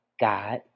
God